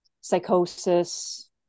psychosis